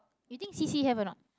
you think C_C have or not